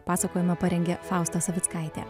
pasakojimą parengė fausta savickaitė